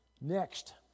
Next